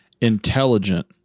intelligent